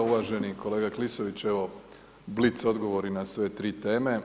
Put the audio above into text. Uvaženi kolega Klisović, evo blic odgovori na sve tri teme.